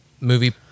movie